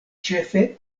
ĉefe